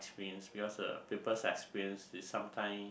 because uh people's experience is sometime